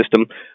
system